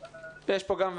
יש כאן גם וגם.